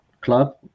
club